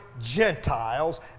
Gentiles